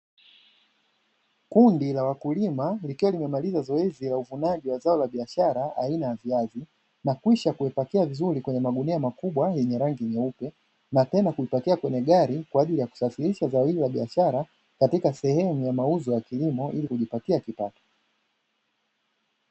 Kundi la wakulima likiwa limemaliza zoezi la uvunaji wa zao la biashara aina ya viazi, na kwisha kuvipakia vizuri kwenye magunia makubwa yenye rangi nyeupe. Na tena kuipakia kwenye gari kwa ajili ya kisafirisha zao hili la biashara, katika sehemu ya mauzo ya kilimo ili kujipatia kipato.